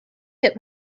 hit